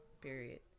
period